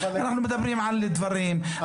אנחנו מדברים על דברים חשובים.